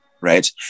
Right